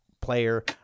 Player